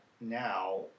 now